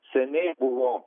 seniai buvo